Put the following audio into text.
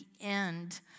end